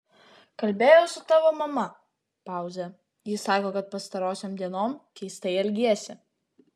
kalbėjau su tavo mama pauzė ji sako kad pastarosiom dienom keistai elgiesi